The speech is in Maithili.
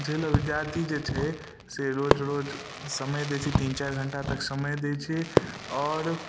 जाहि लए विद्यार्थी जे छै से रोज रोज समय दै छै तीन चारि घण्टा तक समय दै छै आओर